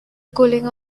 cooling